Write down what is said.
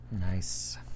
Nice